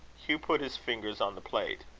hugh put his fingers on the plate.